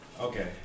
Okay